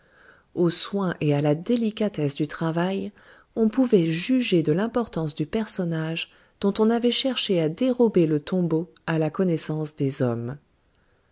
au soin et à la délicatesse du travail on pouvait juger de l'importance du personnage dont on avait cherché à dérober le tombeau à la connaissance des hommes